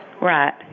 Right